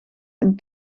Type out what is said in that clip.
een